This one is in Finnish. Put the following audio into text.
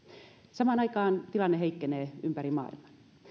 samaan aikaan tilanne heikkenee ympäri maailman